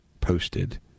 posted